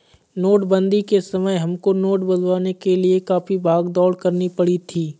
नोटबंदी के समय हमको नोट बदलवाने के लिए काफी भाग दौड़ करनी पड़ी थी